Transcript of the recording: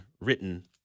written